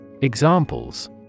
Examples